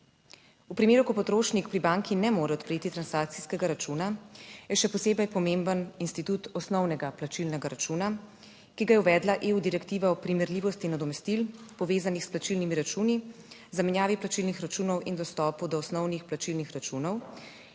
V primeru, ko potrošnik pri banki ne more odpreti transakcijskega računa, je še posebej pomemben institut osnovnega plačilnega računa, ki ga je uvedla EU direktiva o primerljivosti nadomestil, povezanih s plačilnimi računi, zamenjavi plačilnih računov in dostopu do osnovnih plačilnih računov